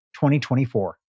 2024